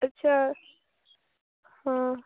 ଆଚ୍ଛା ହଁ